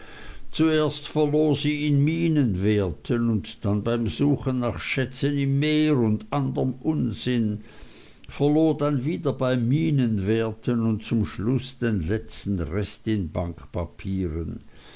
zuerst verlor sie in minenwerten und dann beim suchen nach schätzen im meer und anderm unsinn verlor dann wieder bei minenwerten und zum schluß den letzten rest in